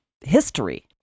history